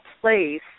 place